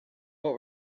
what